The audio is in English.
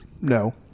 No